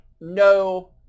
no